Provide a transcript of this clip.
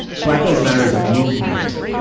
black lives matter is a movement,